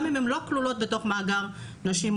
גם אם הן לא כלולות בתוך מאגר נשים,